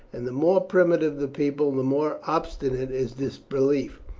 and the more primitive the people the more obstinate is this belief.